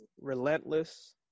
relentless